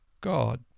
God